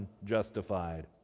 unjustified